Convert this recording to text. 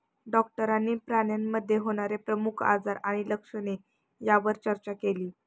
डॉक्टरांनी प्राण्यांमध्ये होणारे प्रमुख आजार आणि लक्षणे यावर चर्चा केली